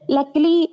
Luckily